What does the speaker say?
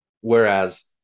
Whereas